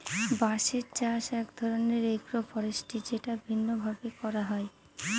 বাঁশের চাষ এক ধরনের এগ্রো ফরেষ্ট্রী যেটা বিভিন্ন ভাবে করা হয়